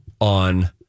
on